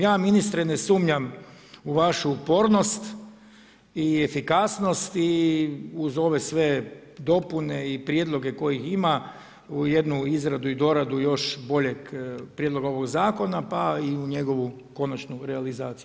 Ja ministre ne sumnjam u vašu upornost i efikasnost i uz ove sve dopune i prijedloge kojih ima u jednu izradu i doradu još boljeg prijedloga ovog zakona, pa i u njegovu konačnu realizaciju.